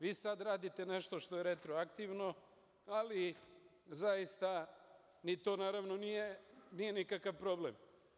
Vi sada radite nešto što je retroaktivno, ali zaista ni to naravno nije nikakav problem.